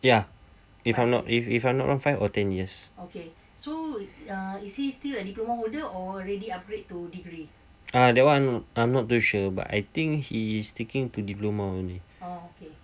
ya if I'm not if if I'm not wrong five or ten years ah that one I'm not too sure but I think he is sticking to diploma only